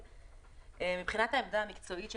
מבחינת העמדה המקצועית שלנו,